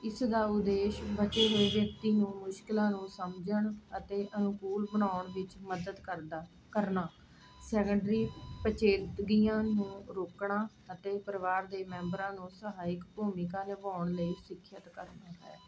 ਇਸ ਦਾ ਉਦੇਸ਼ ਬਚੇ ਹੋਏ ਵਿਅਕਤੀ ਨੂੰ ਮੁਸ਼ਕਲਾਂ ਨੂੰ ਸਮਝਣ ਅਤੇ ਅਨੁਕੂਲ ਬਣਾਉਣ ਵਿੱਚ ਮਦਦ ਕਰਦਾ ਕਰਨਾ ਸੈਕੰਡਰੀ ਪੇਚੀਦਗੀਆਂ ਨੂੰ ਰੋਕਣਾ ਅਤੇ ਪਰਿਵਾਰ ਦੇ ਮੈਂਬਰਾਂ ਨੂੰ ਸਹਾਇਕ ਭੂਮਿਕਾ ਨਿਭਾਉਣ ਲਈ ਸਿੱਖਿਅਤ ਕਰਨਾ ਹੈ